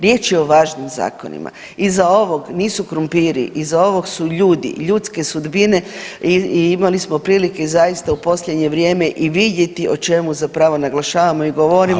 Riječ je o važnim zakonima, iza ovog nisu krumpiri, iza ovog su ljudi, ljudske sudbine i imali smo prilike zaista u posljednje vrijeme i vidjeti o čemu zapravo naglašavamo i govorimo